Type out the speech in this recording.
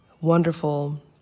wonderful